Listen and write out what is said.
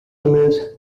emails